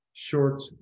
short